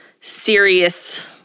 serious